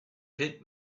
pit